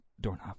doorknob